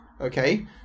okay